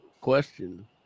question